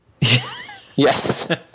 Yes